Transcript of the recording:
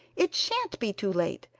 it shan't be too late!